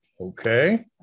Okay